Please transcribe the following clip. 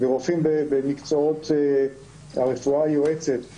ורופאי במקצועות הרפואה היועצת,